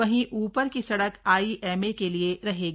वहीं ऊपर की सड़क आईएमए के लिए रहेगी